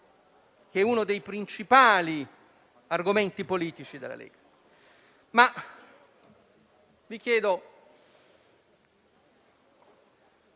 uno dei principali argomenti politici della Lega.